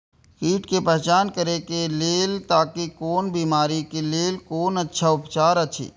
कीट के पहचान करे के लेल ताकि कोन बिमारी के लेल कोन अच्छा उपचार अछि?